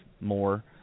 more